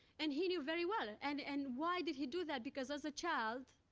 and he knew very well, and and why did he do that? because as a child,